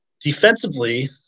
Defensively